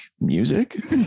music